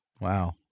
Wow